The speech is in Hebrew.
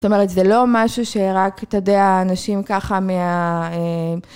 זאת אומרת זה לא משהו שרק אתה יודע אנשים ככה מה